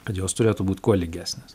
kad jos turėtų būt kuo lygesnės